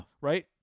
Right